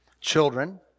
Children